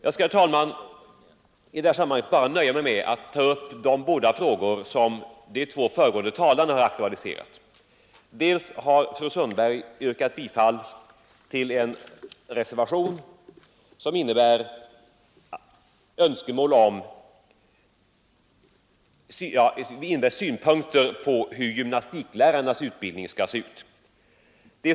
Jag skall i detta sammanhang nöja mig med att ta upp de båda frågor som de två föregående talarna aktualiserat. Fru Sundberg har yrkat bifall till en reservation med synpunkter på hur gymnastiklärarnas utbildning skall se ut.